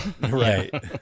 right